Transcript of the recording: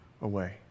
away